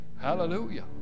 Hallelujah